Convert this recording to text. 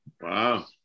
Wow